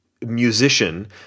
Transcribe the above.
musician –